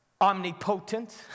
omnipotent